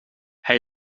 hij